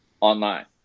online